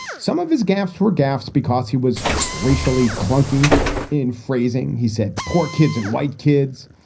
some of his gaffes were gaffes because he was racially clunky in phrasing he said poor kids and white kids.